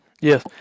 Yes